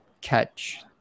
catch